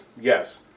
Yes